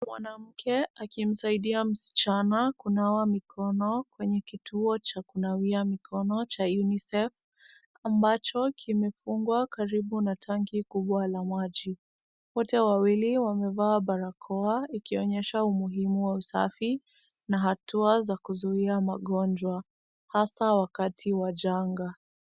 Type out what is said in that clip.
Mwanamke akimsaidia msichana kunawa mikono kwenye kituo cha kunawia mikono cha UNICEF ambacho kimefungwa karibu na tangi kubwa la maji. Wote wawili wamevaa barakoa ikionyesha umuhimu wa usafi na hatua za kuzuia magonjwa hasa wakati wa jangaa.